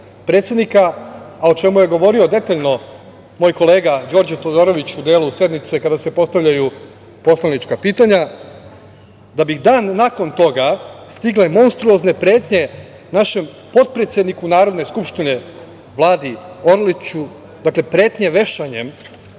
predsednika, a o čemu je govorio detaljno moj kolega Đorđe Todorović u delu sednice kada se postavljaju poslanička pitanja, da bi dan nakon toga stigle monstruozne pretnje našem potpredsedniku Narodne skupštine Vladi Orliću, dakle, pretnje vešanjem,